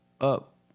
up